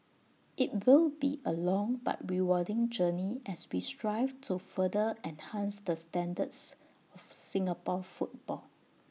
IT will be A long but rewarding journey as we strive to further enhance the standards of Singapore football